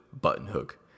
button-hook